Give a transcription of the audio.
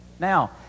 Now